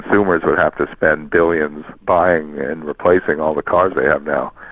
consumers will have to spend billions buying and replacing all the cars they have now.